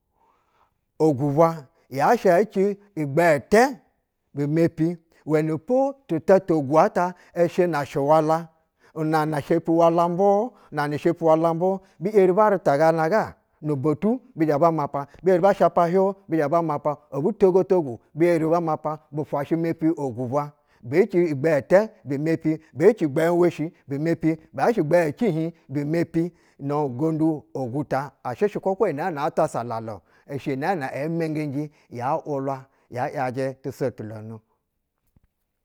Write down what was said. Ogwu bwa gashɛ eci igbɛɛ tɛ bi mepi uwɛnɛpo tu ta to ogwu-ata shɛ na shiwala, una na shepi wala mbuu una na shepi wala mbuu. Bi eri ba rita gana ga nu botu bi zhɛ ba mapa, be eri bas ha hiuu bizhɛ ba mɛpa, obu togotugu be eri ba mapa. Bufwa shɛ mepi ogwu bwa. Beci igbɛɛ tɛ bu mepi, be ci igbɛɛ woshi bi mepi yash igbɛɛ cihib bu mepi. Nu gondu ogwu ta, ashɛshɛ kwa iyi ta salala-o ishɛ nɛɛnɛ emengeji, ya wulwa ya yajɛ tu sotu lonu.